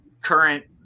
current